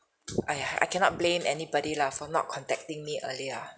!aiya! I cannot blame anybody lah for not contacting me earlier ah